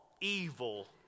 evil